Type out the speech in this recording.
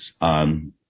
on